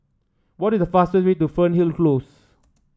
what is the fastest way to Fernhill Close